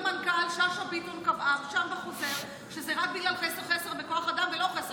בחוזר מנכ"ל שאשא ביטון קבעה שזה רק בגלל חוסר בכוח אדם ולא חוסר בשעות.